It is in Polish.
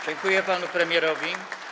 Dziękuję panu premierowi.